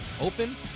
open